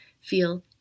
feel